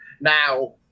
Now